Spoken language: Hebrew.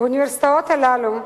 באוניברסיטאות האלה,